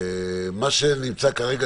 מה שנמצא כרגע